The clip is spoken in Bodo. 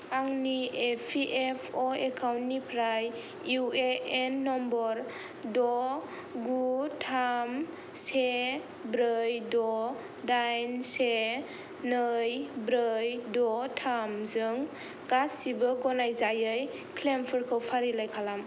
आंनि इ पि एफ अ' एकाउन्टनिफ्राय इउ ए एन नम्बर द' गु थाम से ब्रै द' दाइन से नै ब्रै द' थाम जों गासिबो गनायजायै क्लैमफोरखौ फारिलाइ खालाम